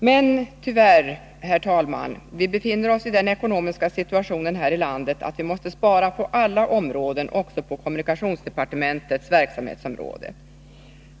Men tyvärr, herr talman, befinner vi oss i den ekonomiska situationen här i landet, att vi måste spara på alla områden, också på kommunikationsdepartementets verksamhetsområde.